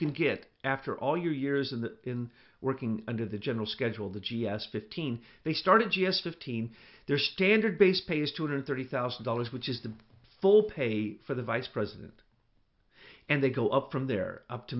can get after all your years in the in working under the general schedule the g s fifteen they started yes fifteen their standard base pay is two hundred thirty thousand dollars which is the full pay for the vice president and they go up from there up to